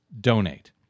donate